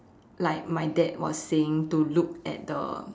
like my dad was saying to look at the